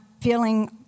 feeling